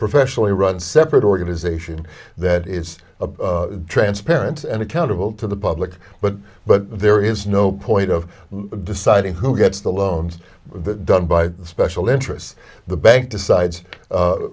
professionally run separate organization that is transparent and accountable to the public but but there is no point of deciding who gets the loans done by special interests the bank decides